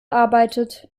arbeitet